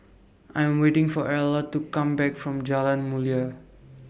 I Am waiting For Erla to Come Back from Jalan Mulia